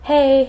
Hey